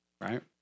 right